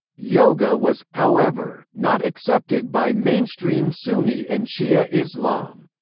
yoga was, however, not accepted by mainstream sunni and shia islam.